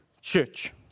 church